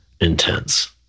intense